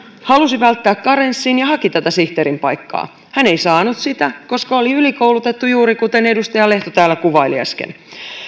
halusi välttää karenssin ja haki tätä sihteerin paikkaa hän ei saanut sitä koska oli ylikoulutettu juuri kuten edustaja lehto täällä kuvaili äsken